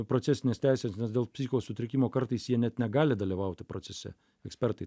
procesines teises nes dėl psichikos sutrikimo kartais jie net negali dalyvauti procese ekspertai